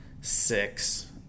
six